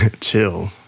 chill